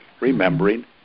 remembering